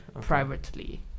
privately